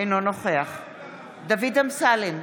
אינו נוכח דוד אמסלם,